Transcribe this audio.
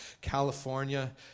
California